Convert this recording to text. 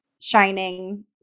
shining